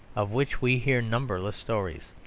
of which we hear numberless stories,